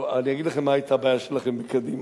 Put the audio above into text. אני אגיד לכם מה היתה הבעיה שלכם בקדימה.